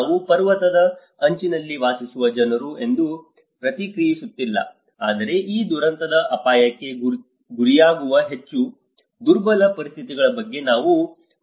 ನಾನು ಪರ್ವತದ ಅಂಚಿನಲ್ಲಿ ವಾಸಿಸುವ ಜನರು ಎಂದು ಪ್ರತಿಕ್ರಿಯಿಸುತ್ತಿಲ್ಲ ಆದರೆ ಈ ದುರಂತದ ಅಪಾಯಕ್ಕೆ ಗುರಿಯಾಗುವ ಹೆಚ್ಚು ದುರ್ಬಲ ಪರಿಸ್ಥಿತಿಗಳ ಬಗ್ಗೆ ನಾನು ಮಾತನಾಡುತ್ತಿದ್ದೇನೆ